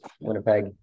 Winnipeg